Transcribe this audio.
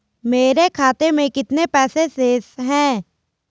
मेरे खाते में कितने पैसे शेष हैं?